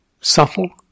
subtle